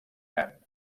nan